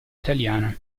italiana